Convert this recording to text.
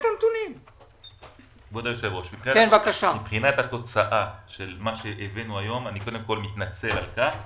כבוד היושב-ראש, אני מתנצל על כך